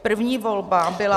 První volba byla